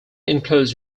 includes